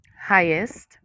highest